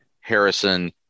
Harrison